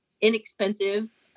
inexpensive